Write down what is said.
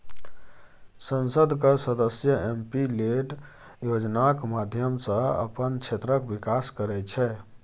संसदक सदस्य MP LAD योजनाक माध्यमसँ अपन क्षेत्रक बिकास करय छै